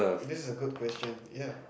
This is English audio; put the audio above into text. this is a good question yeah